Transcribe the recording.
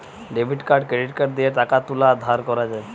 debit card credit card দিয়ে টাকা তুলা আর ধার করা যায়